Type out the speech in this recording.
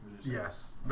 Yes